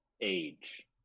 age